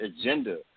agenda